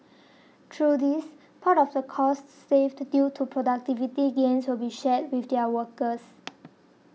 through this part of the costs saved due to productivity gains will be shared with their workers